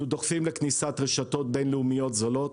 אנחנו דוחפים לכניסת רשתות בין-לאומיות זולות.